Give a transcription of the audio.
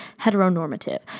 heteronormative